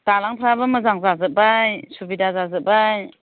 दालांफ्राबो मोजां जाजोब्बाय सुबिदा जाजोब्बाय